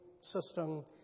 system